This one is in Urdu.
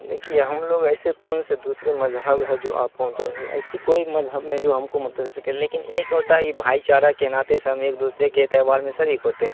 دیکھیے ہم لوگ ایسے کون سے دوسرے مذہب ہے جو آپ کو ایسی کوئی مذہب نہیں جو ہم کو متوجہ کرے لیکن ایک ہوتا ہے بھائی چارہ کے ناطے سے ہم ایک دوسرے کے تہوار میں شریک ہوتے ہیں